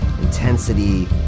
intensity